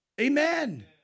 Amen